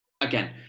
Again